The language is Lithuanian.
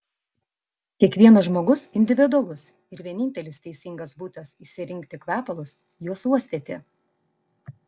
kiekvienas žmogus individualus ir vienintelis teisingas būdas išsirinkti kvepalus juos uostyti